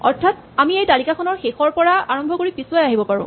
অৰ্থাৎ আমি এই তালিকাখনৰ শেষৰ পৰা আৰম্ভ কৰি পিছুৱাই আহিব পাৰো